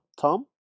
Tom